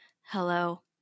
hello